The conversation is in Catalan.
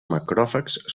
macròfags